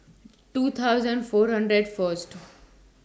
two thousand four hundred First